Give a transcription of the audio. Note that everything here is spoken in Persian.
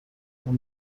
این